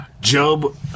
Job